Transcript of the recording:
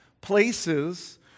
places